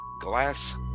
Glass